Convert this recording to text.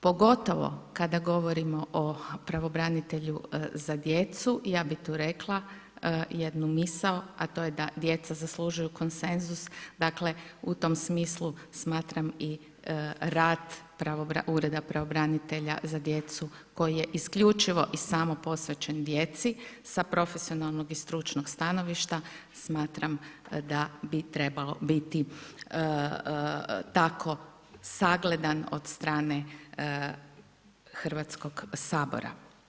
Pogotovo kada govorimo o pravobranitelju za djecu i ja bi tu rekla, jednu misao a to je da djeca zaslužuju konsenzus, dakle, u tom smislu smatram i rad Ureda pravobranitelja za djecu koji je isključivo i samo posvećen djeci sa profesionalnog i stručnog stajališta, smatram da bi trebalo biti tako sagledan od strane Hrvatskog sabora.